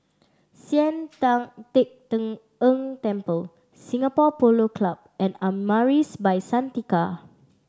Sian Tan Teck Tng Ng Temple Singapore Polo Club and Amaris By Santika